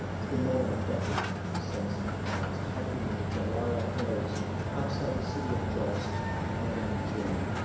it's been more than a decade now since i was hiking in the jarawa hills outside the city of jos in northern nigeria.